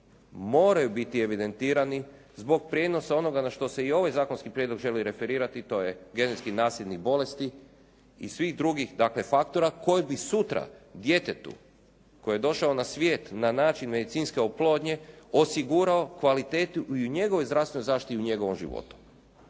moraju biti evidentirani zbog prijenosa onoga na što se i ovaj zakonski prijedlog želi referirati. To je genetski nasljednih bolesti i svih drugih dakle faktora koji bi sutra djetetu koje je došlo na svijet na način medicinske oplodnje osigurao kvalitetu i u njegovoj zdravstvenoj zaštiti i u njegovom životu.